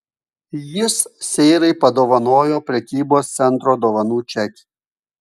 jis seirai padovanojo prekybos centro dovanų čekį